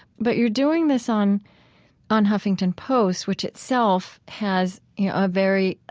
but you're doing this on on huffington post, which itself has yeah a very,